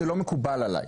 זה לא מקובל עליי,